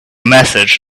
message